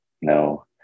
No